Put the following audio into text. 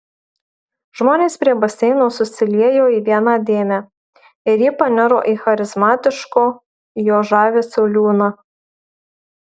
žmonės prie baseino susiliejo į vieną dėmę ir ji paniro į charizmatiško jo žavesio liūną